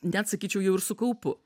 net sakyčiau jau ir su kaupu